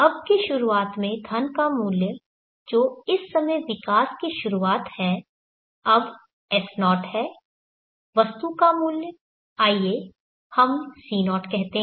अब की शुरुआत में धन का मूल्य जो इस समय विकास की शुरुआत है अब S0 है वस्तु का मूल्य आइए हम C0 कहते हैं